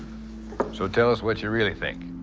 so tell us what you really think.